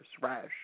rash